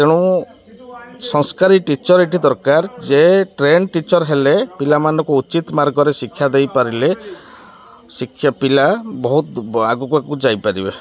ତେଣୁ ସଂସ୍କାରୀ ଟିଚର୍ ଏଇଠି ଦରକାର ଯେ ଟ୍ରେଣ୍ଡ ଟିଚର୍ ହେଲେ ପିଲାମାନଙ୍କୁ ଉଚିତ ମାର୍ଗରେ ଶିକ୍ଷା ଦେଇପାରିଲେ ଶିକ୍ଷା ପିଲା ବହୁତ ଆଗକୁ ଆଗକୁ ଯାଇପାରିବେ